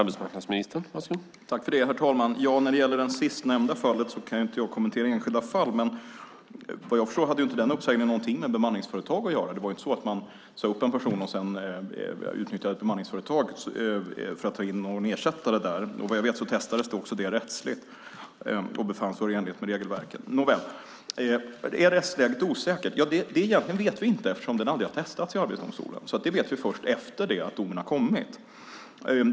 Herr talman! Jag kan inte kommentera enskilda fall, men när det gäller det sistnämnda hade inte den uppsägningen någonting med bemanningsföretag att göra, vad jag förstår. Det var inte så att man sade upp en person och sedan utnyttjade ett bemanningsföretag för att ta in en ersättare. Vad jag vet testades det också rättsligt och befanns vara i enlighet med regelverket. Är rättsläget osäkert? Det vet vi egentligen inte eftersom det här aldrig har testats i Arbetsdomstolen. Det vet vi först efter det att domen har kommit.